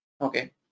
Okay